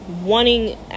wanting